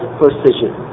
precision